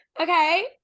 Okay